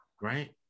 right